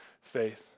faith